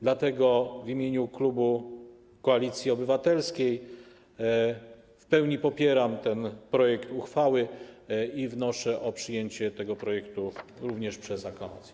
Dlatego w imieniu klubu Koalicji Obywatelskiej w pełni popieram ten projekt uchwały i również wnoszę o przyjęcie tego projektu przez aklamację.